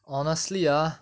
honestly ah